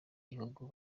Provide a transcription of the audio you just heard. gihugu